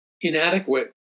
inadequate